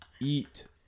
eat